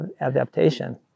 adaptation